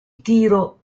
tiro